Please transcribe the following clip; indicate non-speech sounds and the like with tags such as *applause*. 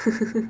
*laughs*